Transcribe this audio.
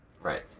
Right